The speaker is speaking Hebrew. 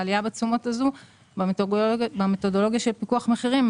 העלייה בתשומות הזאת במתודולוגיה של פיקוח על המחירים,